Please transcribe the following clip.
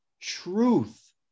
truth